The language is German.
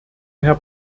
herr